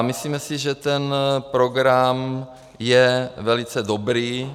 Myslíme si, že program je velice dobrý.